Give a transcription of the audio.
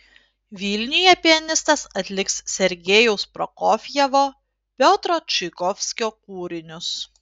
vilniuje pianistas atliks sergejaus prokofjevo piotro čaikovskio kūrinius